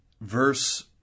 verse